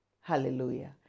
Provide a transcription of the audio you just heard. Hallelujah